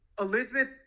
elizabeth